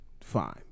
fine